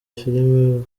filime